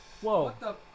whoa